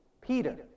Peter